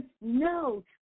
no